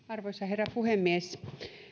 arvoisa herra puhemies